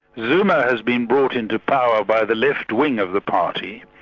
zuma has been brought in to power by the left wing of the party.